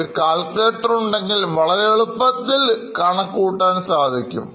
ഒരു കാൽക്കുലേറ്റർ ഉണ്ടെങ്കിൽ വളരെ എളുപ്പത്തിൽ കണക്കു കൂട്ടാൻ സാധിക്കും